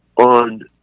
on